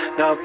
no